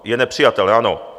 Je nepřijatelné, ano.